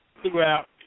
throughout